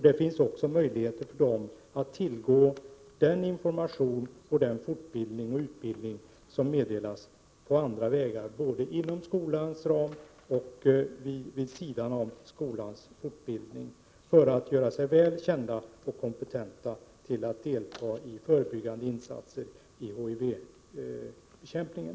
Det finns också möjligheter för dem att tillgå den information och den fortbildning och utbildning som meddelas på andra vägar, både inom skolans ram och vid sidan av skolans egen fortbildning, för att göra sig väl informerade och kompetenta för att delta i förebyggande insatser i HIV-bekämpningen.